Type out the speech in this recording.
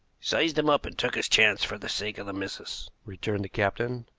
sized him up, and took his chance for the sake of the missus, returned the captain.